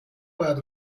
باید